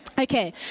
Okay